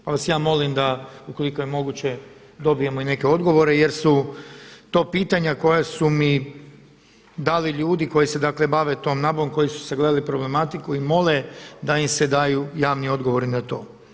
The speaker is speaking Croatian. Pa vas ja molim ukoliko je moguće dobijemo i neke odgovore jer su to pitanja koja su mi dali ljudi koji se dakle bave tom nabavom koji su sagledali problematiku i mole da im se daju javni odgovori na to.